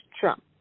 Trump